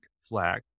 flag